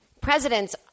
presidents